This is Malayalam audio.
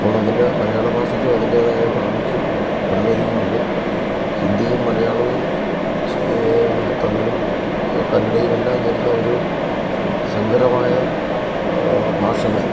അപ്പോളതിന് മലയാള ഭാഷയ്ക്കും അതിൻറ്റേതായ പ്രാമുഖ്യം വളരെയധികമുണ്ട് ഹിന്ദിയും മലയാളവും തമിഴും കന്നഡയും എല്ലാം ചേര്ന്ന ഒരു സങ്കരമായ ഭാഷകൾ